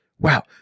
wow